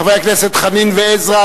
חברי הכנסת חנין ועזרא,